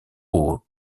aux